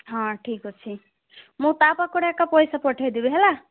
ହଁ ଠିକ୍ ଅଛି ମୁଁ ତା ପାଖଡ଼େ ଏକା ପଇସା ପଠେଇଦେବି ହେଲା